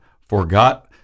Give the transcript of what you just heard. forgot –